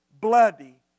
bloody